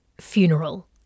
funeral